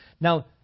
Now